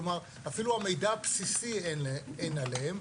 כלומר, אפילו המידע הבסיסי אין עליהם.